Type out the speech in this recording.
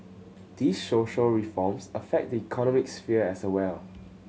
these social reforms affect the economic sphere as well